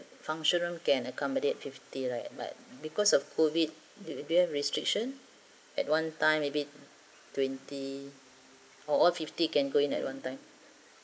function room can accommodate fifty right but because of COVID do do you have restriction at one time maybe twenty or all fifty can go in at one time